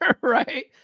right